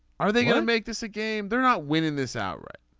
are they going to make this a game. they're not winning this outright.